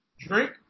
drink